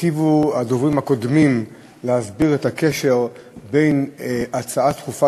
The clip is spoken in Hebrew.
היטיבו הדוברים הקודמים להסביר את הקשר בין ההצעה הדחופה